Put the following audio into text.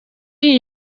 iyi